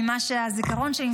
מהזיכרון שלי,